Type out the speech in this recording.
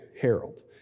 Harold